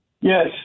Yes